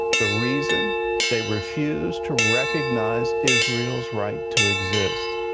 the reason they refuse to recognize israel's right to exist.